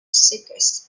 seekers